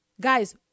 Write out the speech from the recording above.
Guys